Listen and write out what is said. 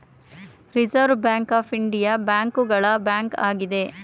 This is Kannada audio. ರಿಸರ್ವ್ ಬ್ಯಾಂಕ್ ಆಫ್ ಇಂಡಿಯಾ ಬ್ಯಾಂಕುಗಳ ಬ್ಯಾಂಕ್ ಆಗಿದೆ